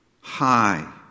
High